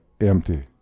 empty